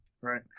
Right